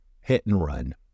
hit-and-run